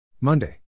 Monday